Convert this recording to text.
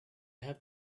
have